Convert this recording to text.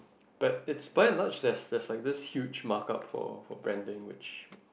but it's by and large there's there's like this huge mark up for for branding which